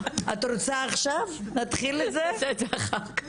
את רוצה שנתחיל עם זה עכשיו?